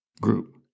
group